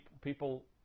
people